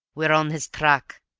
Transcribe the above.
we're on his track,